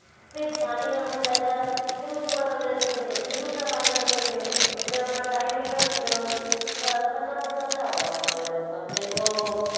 फिर पानी गर्म हो जाएगा फिर उसको बदल देते थे फिर दूसरा पानी भरते थे उसमें अपना टाइम भी वस्ट ख ख़त्म होता था और अपने को